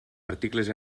articles